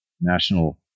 National